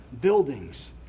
buildings